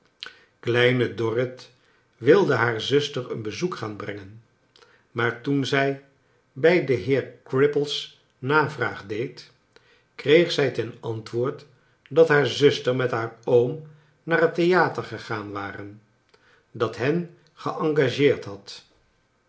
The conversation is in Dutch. kleine dorrit wilde haar zuster een bezoek gaan brengen maar toen zij bij den heer cripples navraag deed kreeg zij ten ant wo or d dat haar zuster met haar oom naar het theater gegaan waren dat hen geengageerd had